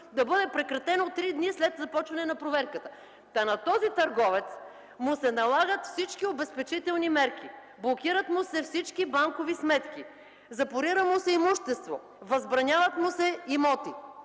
да бъде прекратено три дни след започване на проверката. На този търговец му се налагат всички обезпечителни мерки: блокират му се всички банкови сметки, запорира му се имущество, възбраняват му се имоти.